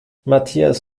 matthias